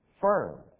firm